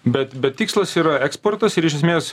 bet bet tikslas yra eksportas ir iš esmės